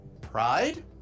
Pride